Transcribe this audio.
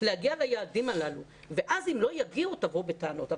להגיע ליעדים הללו ואז אם לא יגיעו תבואו בטענות.